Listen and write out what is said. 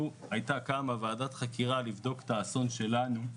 הייתה קמה ועדת חקירה לבדוק את האסון שלנו,